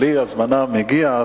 בלי הזמנה מגיע,